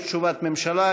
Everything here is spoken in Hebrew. יש תשובת ממשלה?